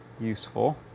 useful